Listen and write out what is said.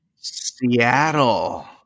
Seattle